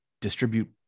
distribute